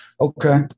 okay